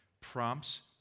prompts